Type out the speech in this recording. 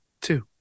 two